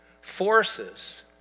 forces